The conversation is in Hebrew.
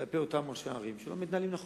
כלפי ראשי ערים שלא מתנהלים נכון,